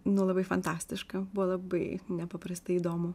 nu labai fantastiška buvo labai nepaprastai įdomu